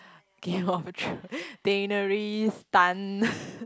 Game-of-Throne Daenerys Tan